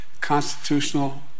constitutional